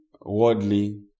worldly